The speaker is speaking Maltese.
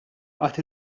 għad